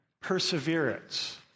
perseverance